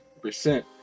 percent